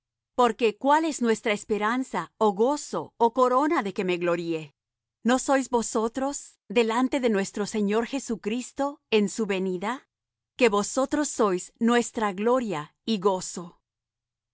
porque cuál es nuestra esperanza ó gozo ó corona de que me gloríe no sois vosotros delante de nuestro señor jesucristo en su venida que vosotros sois nuestra gloria y gozo